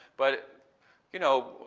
but you know,